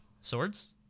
Swords